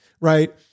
Right